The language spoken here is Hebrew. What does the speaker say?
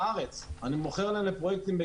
אני כבר לא מוכר לפרויקטים בארץ.